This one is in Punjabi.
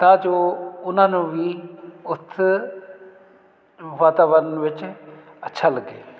ਤਾਂ ਜੋ ਉਹਨਾਂ ਨੂੰ ਵੀ ਉਸ ਵਾਤਾਵਰਨ ਵਿੱਚ ਅੱਛਾ ਲੱਗੇ